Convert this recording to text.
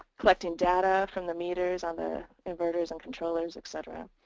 collecting data from the meters on the inverters and controllers, etcetera.